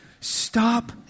Stop